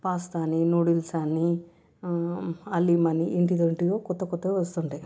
pasta అని noodles అని హలీం అని ఎంటివేంటివో కొత్త కొత్తవి వస్తుంటాయి